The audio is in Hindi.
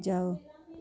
जाओ